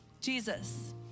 Jesus